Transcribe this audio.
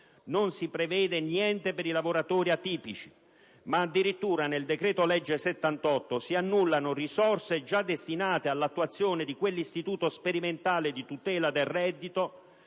Non si prevede niente per i lavoratori atipici e addirittura nel decreto-legge n. 78 si annullano risorse già destinate all'attuazione di quell'istituto sperimentale di tutela del reddito,